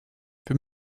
wir